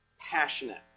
passionate